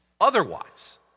otherwise